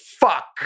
Fuck